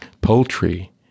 poultry